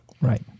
Right